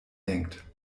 hängt